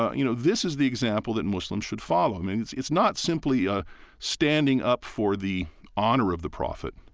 ah you know, this is the example that muslims should follow. i mean, it's it's not simply ah standing up for the honor of the prophet,